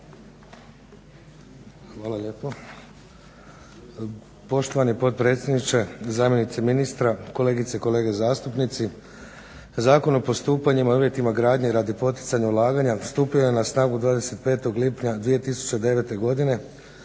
Hvala lijepa. Poštovani potpredsjedniče, zamjenice ministra, kolegice i kolege zastupnici. Zakon o postupanjima i uvjetima gradnje radi poticanja ulaganja stupio je na snagu 25. lipnja 2009.godine